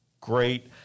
great